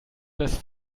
dass